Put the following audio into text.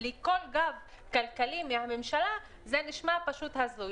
ובלי כל גב כלכלי מהממשלה - זה נשמע הזוי.